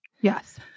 Yes